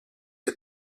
que